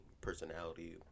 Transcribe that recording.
personality